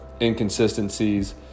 inconsistencies